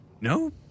No